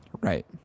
Right